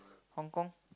HongKong